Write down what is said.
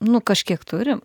nu kažkiek turim